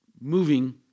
moving